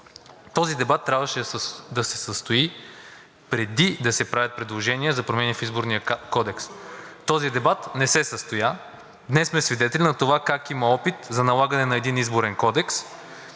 Този дебат трябваше да се състои, преди да се правят предложения за промени в Изборния кодекс. Този дебат не се състоя, днес сме свидетели как има опит за налагане на един Изборен кодекс,